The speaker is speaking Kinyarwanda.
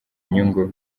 inyungu